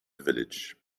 village